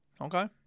Okay